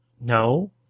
No